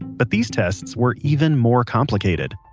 but these tests were even more complicated.